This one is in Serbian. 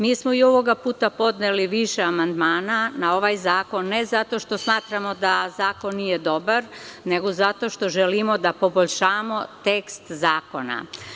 Mi smo i ovoga puta podneli više amandmana na ovaj zakon, ne zato što smatramo da zakon nije dobar, nego zato što želimo da poboljšamo tekst zakona.